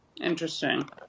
Interesting